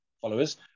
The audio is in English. followers